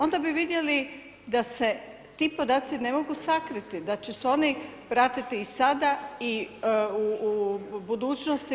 Onda bi vidjeli da se ti podaci ne mogu sakriti, da će se oni pratiti i sada i u budućnosti.